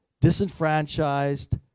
disenfranchised